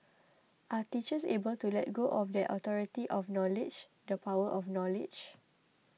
are teachers able to let go of that authority of knowledge the power of knowledge